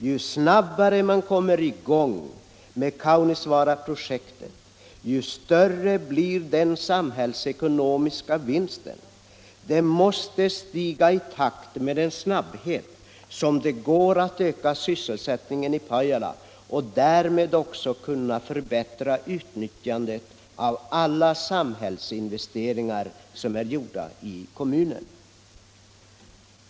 Ju snabbare man kommer i gång med Kaunisvaaraprojektet, desto större blir den samhällsekonomiska vinsten. Den måste stiga i takt med ökningen av sysselsättningen i Pajala och med den förbättring som därmed sker av utnyttjandet av alla samhällsinvesteringar som har gjorts i kommunen.